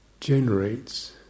generates